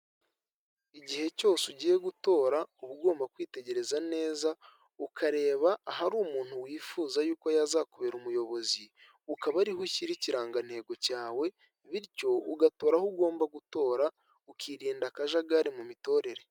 Igihe cyose ugiye gutora uba ugomba kwitegereza neza ukareba ahari umuntu wifuza y'uko yazakubera umuyobozi, ukaba ariwe ushyira ikirangantego cyawe bityo ugatora aho ugomba gutora ukirinda akajagari mu mitorere.